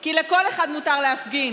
כי לכל אחד מותר להפגין,